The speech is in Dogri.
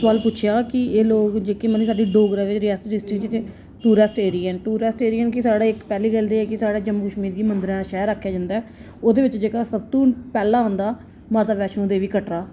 सोआल पुच्छेआ कि एह् लोक जेह्के मतलब डोगरा रियासी डिस्ट्रिक दे टुरिस्ट एरिया न टुरिस्ट एरिया न कि साढ़े इक पैह्ली गल्ल एह् कि साढ़े जम्मू च मिगी मंदरें दा शैह्र आक्खेआ जंदा ऐ ओह्दे बिच्च जेह्का सब तू पैह्लें आंदा माता वैश्णो देवी कटरा